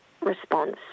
response